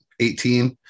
18